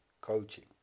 coaching